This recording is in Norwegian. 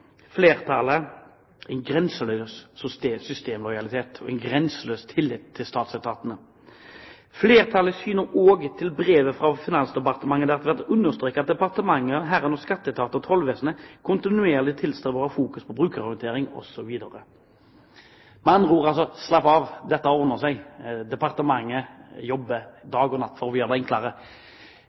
en grenseløs systemlojalitet og en grenseløs tillit til statsetatene: «Fleirtalet syner òg til brevet fra Finansdepartementet der det vert understreka at Finansdepartementet og herunder Skatteetaten og Tollvesenet, kontinuerleg tilstrebar å ha fokus på brukarorientering». Med andre ord: Slapp av, dette ordner seg, departementet jobber dag og natt for å gjøre det